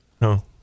No